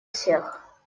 всех